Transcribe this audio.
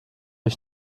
ich